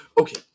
Okay